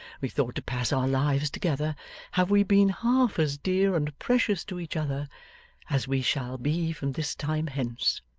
we thought to pass our lives together have we been half as dear and precious to each other as we shall be from this time hence